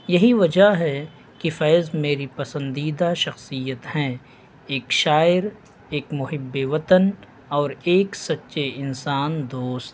یہی وجہ ہے کہ فیض میری پسندیدہ شخصیت ہیں ایک شاعر ایک محب وطن اور ایک سچے انسان دوست